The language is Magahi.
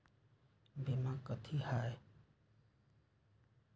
बीमा कथी है?